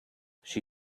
she